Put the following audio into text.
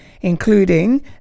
including